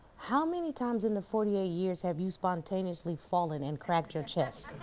how many times in the forty eight years have you spontaneously fallen and cracked your chest?